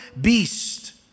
beast